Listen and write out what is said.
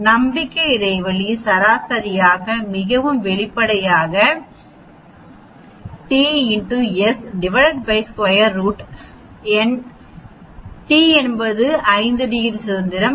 எனவே நம்பிக்கை இடைவெளி சராசரி மிகவும் வெளிப்படையாக t x s square root n t என்பது 5 டிகிரி சுதந்திரம்